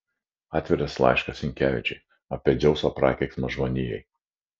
atviras laiškas sinkevičiui apie dzeuso prakeiksmą žmonijai